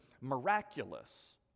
miraculous